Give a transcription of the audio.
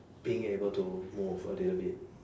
being able to move a little bit